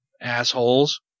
Assholes